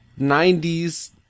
90's